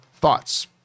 thoughts